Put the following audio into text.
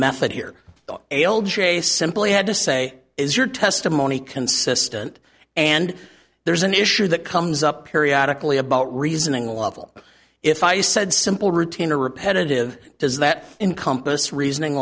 method here l j simply had to say is your testimony consistent and there's an issue that comes up periodically about reasoning level if i said simple routine or repetitive does that encompass reasoning